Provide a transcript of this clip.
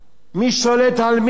מי שולט על מי?